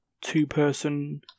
two-person